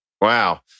Wow